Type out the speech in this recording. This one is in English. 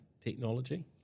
technology